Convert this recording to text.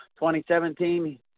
2017